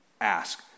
ask